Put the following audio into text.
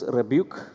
rebuke